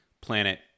planet